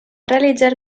realitzar